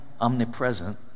omnipresent